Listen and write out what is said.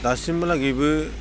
दासिमहालागैबो